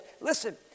Listen